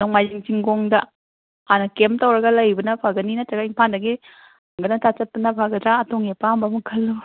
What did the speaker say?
ꯅꯣꯡꯃꯥꯏꯖꯤꯡ ꯆꯤꯡꯒꯣꯡꯗ ꯍꯥꯟꯅ ꯀꯦꯝ ꯇꯧꯔꯒ ꯂꯩꯕꯅ ꯐꯒꯅꯤ ꯅꯠꯇ꯭ꯔꯒ ꯏꯝꯐꯥꯟꯗꯒꯤ ꯍꯪꯒꯠ ꯍꯟꯗ ꯆꯠꯄꯅ ꯐꯒꯗ꯭ꯔꯥ ꯑꯗꯣꯝꯒꯤ ꯑꯄꯥꯝꯕ ꯑꯃ ꯈꯜꯂꯣ